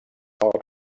heart